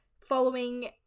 following